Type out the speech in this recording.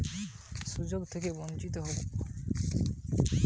বিমার কিস্তি বাকি পড়লে কি বিমার সুযোগ থেকে বঞ্চিত হবো?